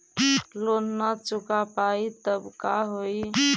Loan न चुका पाई तब का होई?